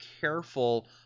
careful